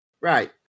Right